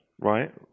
Right